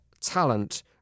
talent